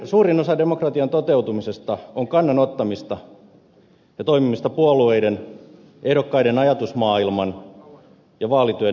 suurin osa demokratian toteutumisesta on kannan ottamista ja toimimista puolueiden ehdokkaiden ajatusmaailman ja vaalityön edistämiseksi